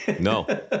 No